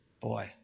Boy